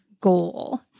goal